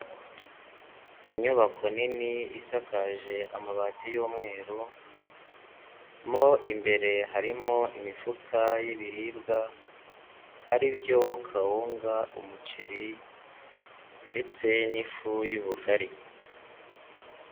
Inyubako nini isakaje amabati y'umweru, mo imbere harimo imifuka y'ibiribwa, ari byo kawunga, umuceri ndetse n'ifu y'ubugari.